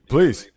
Please